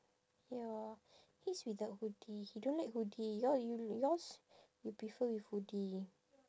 ya his without hoodie he don't like hoodie your you yours you prefer with hoodie